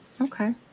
Okay